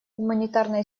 гуманитарная